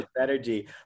energy